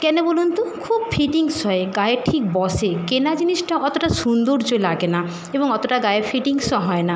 কেন বলুন তো খুব ফিটিংস হয় গায়ে ঠিক বসে কেনা জিনিসটা অতোটা সুন্দর্য লাগে না এবং অতোটা গায়ে ফিটিংসও হয় না